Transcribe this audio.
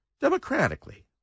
democratically